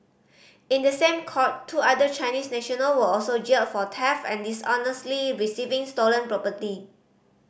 in the same court two other Chinese national were also jailed for theft and dishonestly receiving stolen property